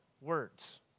words